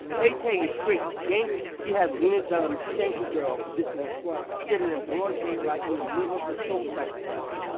tay tay is straight gangster! she had lena dunham shank a girl for dissing her squad! she did it in broad daylight in the middle of her soul cycle class!